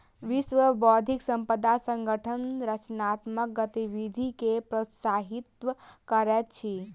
विश्व बौद्धिक संपदा संगठन रचनात्मक गतिविधि के प्रोत्साहित करैत अछि